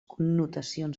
connotacions